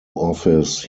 office